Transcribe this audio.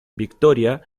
victoria